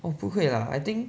我不会 lah I think